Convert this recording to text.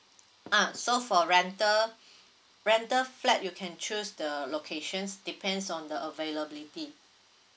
ah so for rental rental flat you can choose the locations depends on the availability